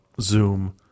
Zoom